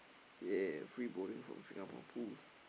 yeah free bowling from Singapore-Pools